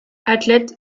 athlète